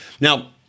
Now